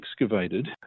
excavated